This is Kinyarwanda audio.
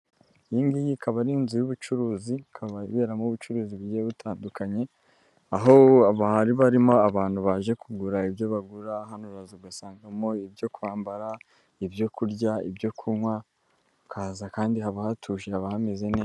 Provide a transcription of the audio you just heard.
Iyi ngiyi ikaba ari inzu y'ubucuruzi ikaba iberamo ubucuruzi bugiye butandukanye aho barimo abantu baje kugura ibyo bagura hanogasangamo ibyo kwambara ibyo kurya ibyo kunywa ha bikaza kandi haba hatuje aba hameze neza.